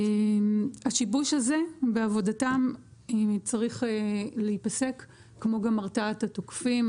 השיבוש הזה בעבודתם צריך להיפסק כמו גם הרתעת התוקפים,